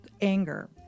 anger